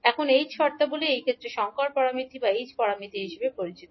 এখন h শর্তাবলী এই ক্ষেত্রে সংকর প্যারামিটার বা h প্যারামিটার হিসাবে পরিচিত